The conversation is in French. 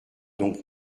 donc